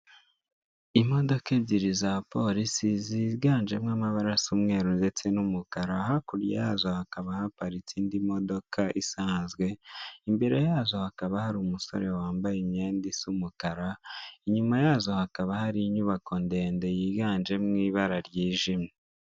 Imodoka ebyiri za polisi ziganjemo ababara asa umweru ndetse n'umukara, hakurya yazo hakaba haparitse Indi modoka isanzwe, imbere yazo hakaba hari umusore wambaye imyenda isa umukara, inyuma yazo hakaba hari inyubako ndende yiganjemo ibara ryijimye.